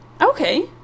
Okay